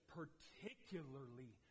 particularly